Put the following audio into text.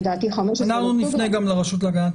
לדעתי 15 באוקטובר.